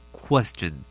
question